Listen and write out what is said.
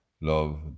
Love